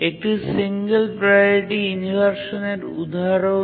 এটি single priority ইনভারসানের উদাহরণ